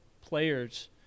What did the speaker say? players